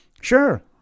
sure